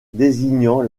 désignant